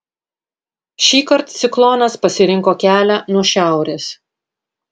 šįkart ciklonas pasirinko kelią nuo šiaurės